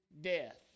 death